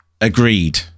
Agreed